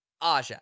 Aja